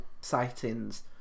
sightings